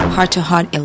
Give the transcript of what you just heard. heart-to-heart